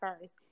first